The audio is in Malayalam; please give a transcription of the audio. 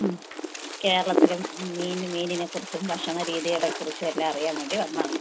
കേരളത്തിലെ മീനിനെക്കുറിച്ചും ഭക്ഷണ രീതികളെക്കുറിച്ചും എല്ലാം അറിയാൻ വേണ്ടി വന്നതാണ്